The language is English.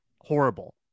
horrible